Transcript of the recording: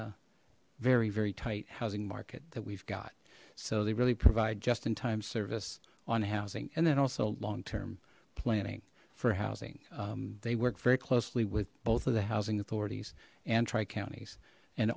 in very very tight housing market that we've got so they really provide just in time service on housing and then also long term planning for housing they work very closely with both of the housing authorities and tri counties and